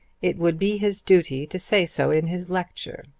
it would be his duty to say so in his lecture,